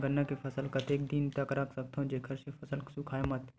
गन्ना के फसल ल कतेक दिन तक रख सकथव जेखर से फसल सूखाय मत?